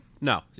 No